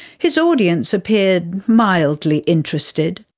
his audience appeared mildly interested.